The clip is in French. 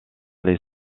les